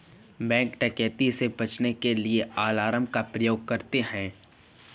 bank डकैती से बचने के लिए अलार्म का प्रयोग करते है